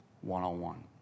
one-on-one